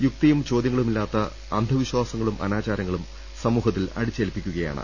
യുക്തിയും ചോദ്യങ്ങളുമില്ലാത്ത അന്ധവിശ്വാസ ങ്ങളും അനാചാരങ്ങളും സമൂഹത്തിൽ അടിച്ചേൽപ്പിക്കുകയാണ്